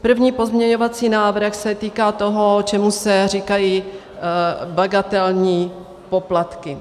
První pozměňovací návrh se týká toho, čemu se říkají bagatelní poplatky.